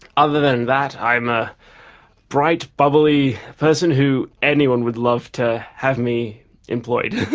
other than that i'm a bright, bubbly person who anyone would love to have me employed.